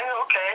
okay